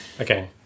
Okay